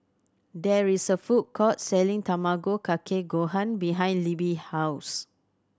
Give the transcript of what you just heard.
there is a food court selling Tamago Kake Gohan behind Libby house